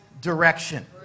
direction